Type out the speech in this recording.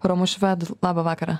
romu švedu labą vakarą